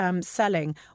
selling